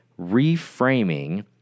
reframing